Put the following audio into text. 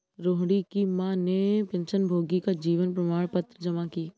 रोहिणी की माँ ने पेंशनभोगी का जीवन प्रमाण पत्र जमा की